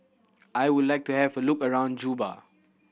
I would like to have a look around Juba